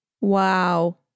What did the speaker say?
Wow